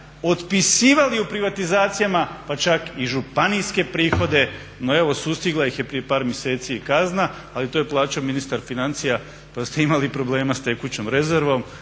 otpisivali u privatizacijama pa čak i županijske prihode, no evo sustigla ih je prije par mjeseci i kazna, ali to je plaćao ministar financija pa ste imali problema s tekućom rezervom